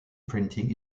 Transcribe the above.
printing